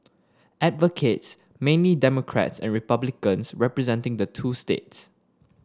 advocates mainly Democrats and Republicans representing the two states